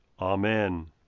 Amen